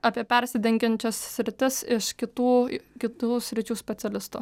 apie persidengiančias sritis iš kitų kitų sričių specialistų